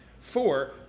Four